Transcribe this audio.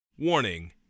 Warning